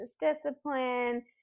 discipline